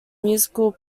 musical